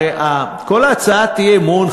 הרי כל הצעת האי-אמון,